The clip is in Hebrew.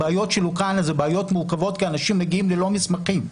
הבעיות של אוקראינה זה בעיות מורכבות כי אנשים מגיעים ללא מסמכים.